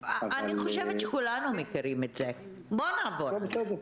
אני חושבת שכולנו מכירים את זה, בוא נעבור הלאה.